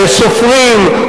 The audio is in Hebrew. סופרים.